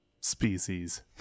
Species